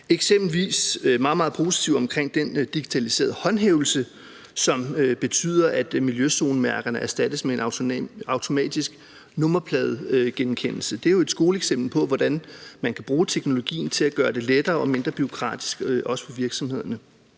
eksempelvis meget, meget positive omkring den digitaliserede håndhævelse, som betyder, at miljøzonemærkerne erstattes med en automatisk nummerpladegenkendelse. Det er jo et skoleeksempel på, hvordan man kan bruge teknologien til at gøre det lettere og mindre bureaukratisk, også for virksomhederne.